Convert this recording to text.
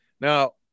Now